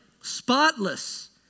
spotless